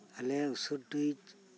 ᱟᱞᱮ ᱩᱥᱩᱥᱰᱤ